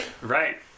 Right